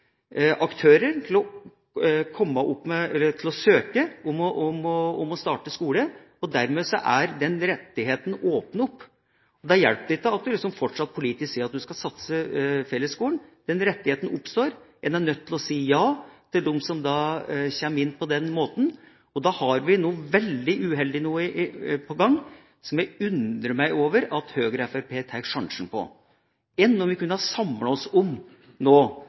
aktører til å søke om å starte skole, og dermed er det åpnet for den rettigheten. Da hjelper det ikke at du fortsatt politisk sier at du skal satse på fellesskolen. Når den rettigheten oppstår, er en nødt til å si ja til dem som kommer inn på den måten. Da har vi noe veldig uheldig på gang, som jeg undrer meg over at Høyre og Fremskrittspartiet tar sjansen på. Enn om vi kunne ha samlet oss om det prosjektet som nå